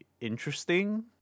interesting